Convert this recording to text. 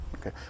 Okay